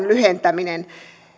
lyhentäminen